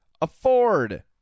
afford